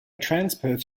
transperth